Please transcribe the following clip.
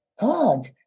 God